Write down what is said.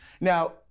Now